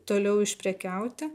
toliau išprekiauti